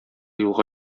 юлга